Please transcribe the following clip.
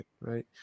right